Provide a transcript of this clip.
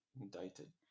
Indicted